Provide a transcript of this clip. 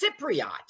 Cypriot